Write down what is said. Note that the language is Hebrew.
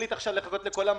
להחליט עכשיו על כל המענקים.